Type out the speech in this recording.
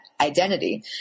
identity